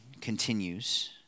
continues